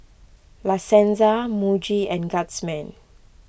La Senza Muji and Guardsman